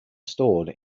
stored